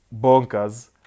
bonkers